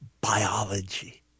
biology